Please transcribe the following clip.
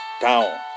down